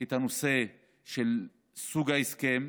את הנושא של סוג ההסכם.